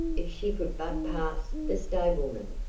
if she could but pass the stablemen.